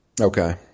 Okay